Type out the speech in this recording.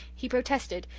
he protested,